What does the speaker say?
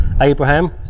Abraham